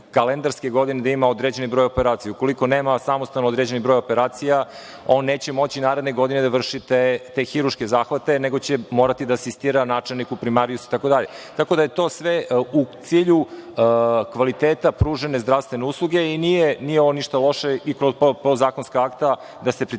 kalendarske godine da ima određeni broj operacija. Ukoliko nema samostalno određeni broj operacija on neće moći naredne godine da vrši te hirurške zahvate, već će morati da asistira načelniku, primarijusu itd. Tako da je to sve u cilju kvaliteta pružanja zdravstvene usluge i nije ovo ništa loše i podzakonska akta da se precizira,